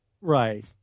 Right